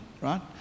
right